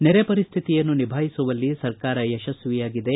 ನೆರೆ ಪರಿಸ್ಹಿತಿಯನ್ನು ನಿಭಾಯಿಸುವಲ್ಲಿ ಸರ್ಕಾರ ಯಶಸ್ವಿಯಾಗಿದೆ